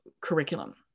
curriculum